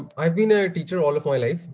i've been a teacher all of my life.